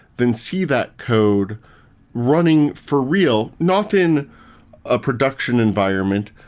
then see that code running for real, not in a production environment,